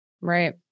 Right